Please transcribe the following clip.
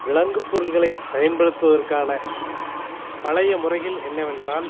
விலங்குப்பொருட்களை பயன்படுத்துவதற்கான பழைய முறைகள் என்னவென்றால்